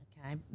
okay